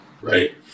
right